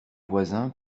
voisins